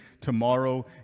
tomorrow